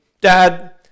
Dad